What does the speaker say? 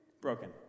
Broken